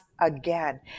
again